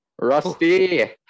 Rusty